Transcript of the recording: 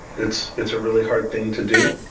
it's it's a really hard thing to do.